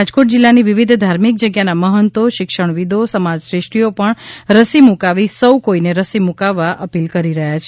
રાજકોટ જિલ્લાની વિવિધ ધાર્મિક જગ્યાના મહંતો શિક્ષણવિદો સમાજ શ્રેષ્ઠીઓ પણ રસી મુકાવી સૌ કોઇને રસી મુકાવવા અપીલ કરી રહયા છે